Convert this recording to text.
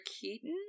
keaton